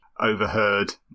overheard